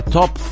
top